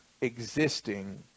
existing